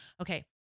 okay